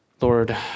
Lord